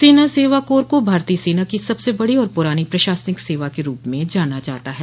सेना सवा कोर को भारतीय सेना की सबसे बड़ी और पुरानी प्रशासनिक सेवा के रूप में जाना जाता है